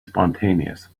spontaneous